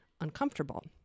uncomfortable